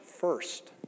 first